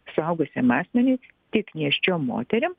suaugusiam asmeniui tik nėščiom moterim